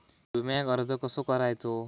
विम्याक अर्ज कसो करायचो?